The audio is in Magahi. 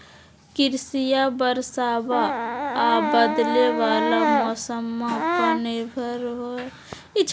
कृषिया बरसाबा आ बदले वाला मौसम्मा पर निर्भर रहो हई